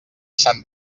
sant